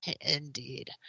Indeed